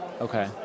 okay